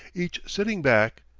each sitting back,